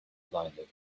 blinded